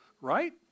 right